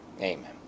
Amen